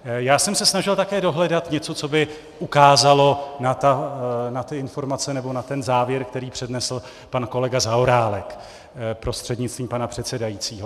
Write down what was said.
Já jsem se snažil také dohledat něco, co by ukázalo na ty informace, nebo na ten závěr, který přednesl pan kolega Zaorálek prostřednictvím pana předsedajícího.